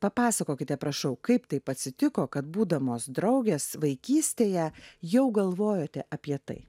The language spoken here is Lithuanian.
papasakokite prašau kaip taip atsitiko kad būdamos draugės vaikystėje jau galvojote apie tai